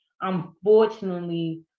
unfortunately